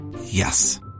Yes